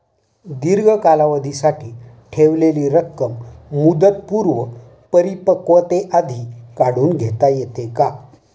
दीर्घ कालावधीसाठी ठेवलेली रक्कम मुदतपूर्व परिपक्वतेआधी काढून घेता येते का?